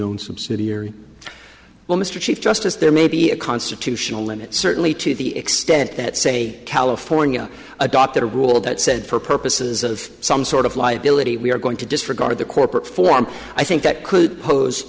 owned subsidiary well mr chief justice there may be a constitutional limit certainly to the extent that say california adopted a rule that said for purposes of some sort of liability we are going to disregard the corporate form i think that could pose